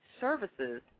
services